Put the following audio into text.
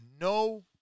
No